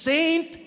Saint